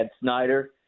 Snyder